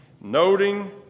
Noting